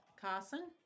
Carson